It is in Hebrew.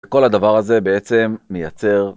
כל הדבר הזה בעצם מייצר.